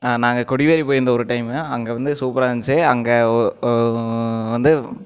நாங்கள் கொடிவேரி போய்ருந்த ஒரு டைம்மு அங்கே வந்து சூப்பராக இருந்துச்சு அங்கே வந்து